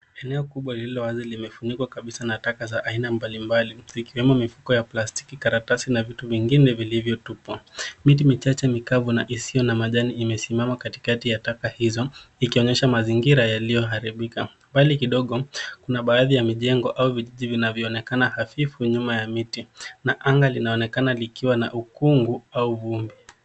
Eneo kubwa lililo wazi limefunikwa kabisa na taka za aina mbalimbali, zikiwemo mifuko ya plastiki, karatasi na vitu vingine vilivyotupwa. Miti michache mikavu na isiyo na majani imesimama katikati ya taka hizo ikionyesha mazingira yaliyoharibika. Mbali kidogo, kuna baadhi ya mijengo au vijiji vinavyoonekana hafifu nyuma ya miti na anga linaonekana likiwa na ukungu au vumbi.